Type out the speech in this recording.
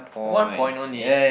one point only